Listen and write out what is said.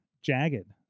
Jagged